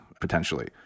potentially